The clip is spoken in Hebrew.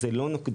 זה לא נוקדני,